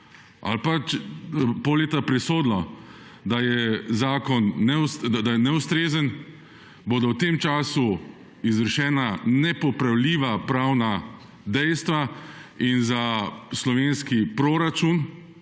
v roku pol leta presodilo, da je zakon neustrezen, bodo v tem času izvršena nepopravljiva pravna dejstva in za slovenski proračun,